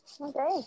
Okay